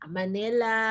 Manila